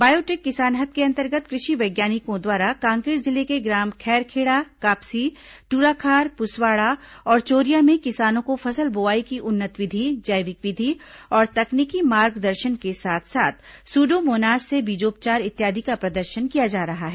biotech किसान hub के अंतर्गत कृषि वैज्ञानिकों द्वारा कांकेर जिले के ग्राम खैरखेड़ा कापसी दूराखार पुसवाड़ा और चोरिया में किसानों को फसल बोवाई की उन्नत विधि जैविक विधि और तकनीकी मार्गदर्षन के साथ साथ सुडोमोनास से बीजोपचार इत्यादि का प्रदर्षन किया जा रहा है